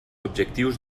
objectius